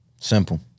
Simple